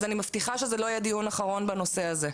אז אני מבטיחה שזה לא יהיה דיון אחרון בנושא הזה.